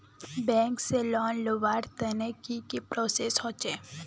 Bank से loan लुबार तने की की प्रोसेस होचे?